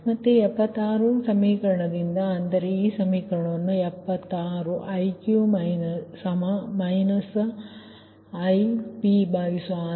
ಮತ್ತೆ 76 ಸಮೀಕರಣದಿಂದ ಅಂದರೆ ಈ ಸಮೀಕರಣ 76 Iq Ip ಸರಿ